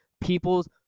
People's